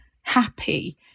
happy